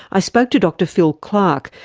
i spoke to dr phil clark,